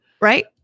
Right